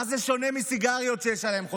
מה זה שונה מסיגריות, שיש עליהן חותמת?